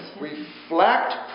Reflect